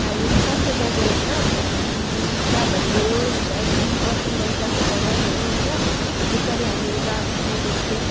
हामी फर्स्टमा त्यहाँ गयो होइन चारधाम गयो त्यहाँदेखि दर्शन गरिराख्यो भगवान्हरूको होइन त्यस पछाडि हामी उता उयो गएको थियो